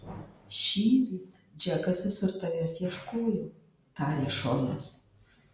šįryt džekas visur tavęs ieškojo tarė šonas